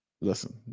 listen